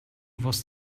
was